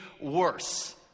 worse